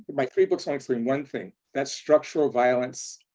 my three books and explain one thing. that's structural violence,